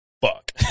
fuck